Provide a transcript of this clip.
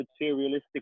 materialistic